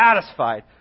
satisfied